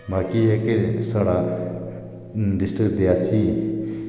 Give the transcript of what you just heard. बाकी ऐ है कि साढ़ा डिस्ट्रिक्ट रियासी